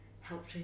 helped